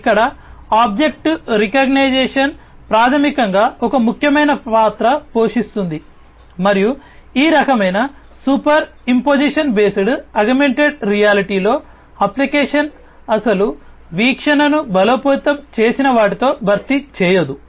ఇక్కడ object recognition ప్రాథమికంగా ఒక ముఖ్యమైన పాత్ర పోషిస్తుంది మరియు ఈ రకమైన సూపర్ఇంపొజిషన్ బేస్డ్ ఆగ్మెంటెడ్ రియాలిటీలో అప్లికేషన్ అసలు వీక్షణను బలోపేతం చేసిన వాటితో భర్తీ చేయదు